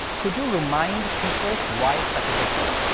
could you remind people why it's such a good thing?